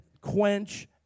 quench